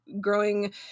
growing